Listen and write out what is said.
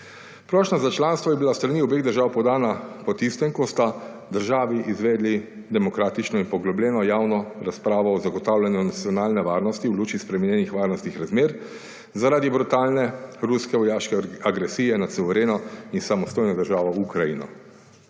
Prošnja za članstvo je bila s strani obeh držav podana po tistem kot sta državi izvedli demokratično in poglobljeno javno razpravo o zagotavljanju nacionalne varnosti v luči spremenjenih varnostnih razmer 79. TRAK: (AJ) 16.00 (nadaljevanje) zaradi brutalne ruske vojaške agresije nad suvereno in samostojno državo Ukrajino.